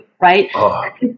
Right